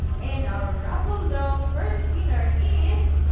and our raffle draw first winner is.